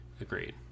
Agreed